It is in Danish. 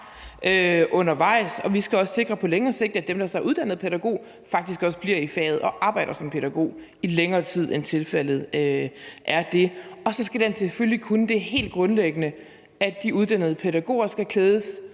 undervejs, og vi skal også sikre på længere sigt, at dem, der så er uddannet pædagog, faktisk også bliver i faget og arbejder som pædagog i længere tid, end tilfældet er nu. Og så skal den selvfølgelig kunne det helt grundlæggende: De uddannede pædagoger skal klædes